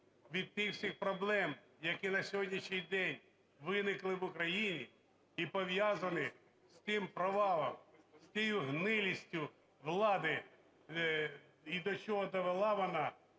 від тих всіх проблем, які на сьогоднішній день виникли в Україні і пов'язані з тим провалом, з тією гнилістю влади, і до чого довела вона